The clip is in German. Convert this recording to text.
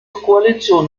koalition